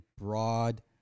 broad